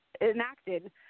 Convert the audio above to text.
enacted